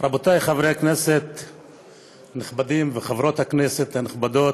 חברי הכנסת הנכבדים, וחברות הכנסת הנכבדות,